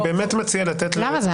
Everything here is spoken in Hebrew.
אני באמת מציע לתת ליועץ המשפטי --- למה?